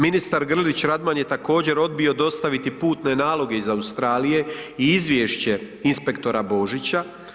Ministar Grlić Radman je također, odbio dostaviti putne naloge iz Australije i izvješće inspektora Božića.